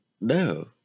no